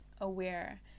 aware